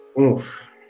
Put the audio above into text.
Oof